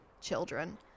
children